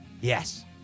Yes